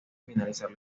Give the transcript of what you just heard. finalizar